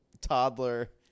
toddler